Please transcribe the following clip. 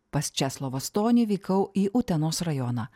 pas česlovą stonį vykau į utenos rajoną